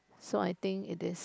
so I think it is